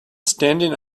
standing